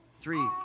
three